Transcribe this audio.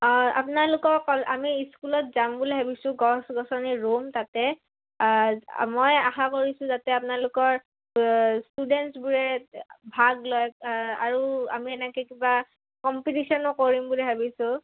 অঁ আপোনালোকৰ কল আমি স্কুলত যাম বুলি ভাবিছোঁ গছ গছনি ৰুম তাতে মই আশা কৰিছোঁ যাতে আপোনালোকৰ ষ্টুডেণ্টছবোৰে ভাগ লয় আৰু আমি এনেকৈ কিবা কম্পিটিচনো কৰিম বুলি ভাবিছোঁ